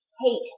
hate